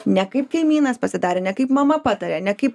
ne kaip kaimynas pasidarė ne kaip mama patarė ne kaip